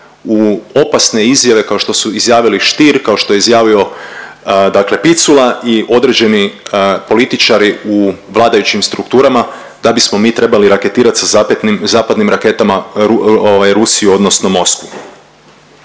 u opasne izjave kao što su izjavili Stier, kao što je izjavio dakle Picula i određeni političari u vladajućim strukturama da bismo mi trebali raketirati sa zapetnim, zapadnim raketama ovaj Rusiju odnosno Moskvu.